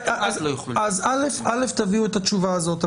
אז א', תביאו את התשובה הזאת.